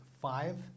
five